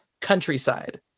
countryside